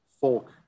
folk